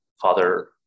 father